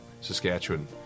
Saskatchewan